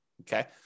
Okay